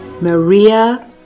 maria